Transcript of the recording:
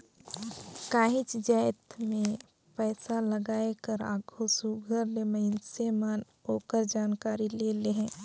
काहींच जाएत में पइसालगाए कर आघु सुग्घर ले मइनसे मन ओकर जानकारी ले लेहें